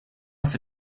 for